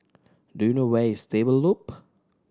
do you know where is Stable Loop